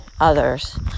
others